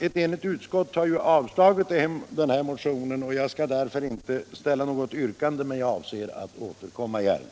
Ett enigt utskott har ju avstyrkt motionen i fråga, och jag skall därför inte ställa något yrkande. Jag avser dock att återkomma i ärendet.